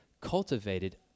cultivated